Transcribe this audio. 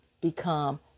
become